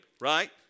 right